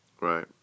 Right